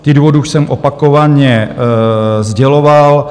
Ty důvody už jsem opakovaně sděloval.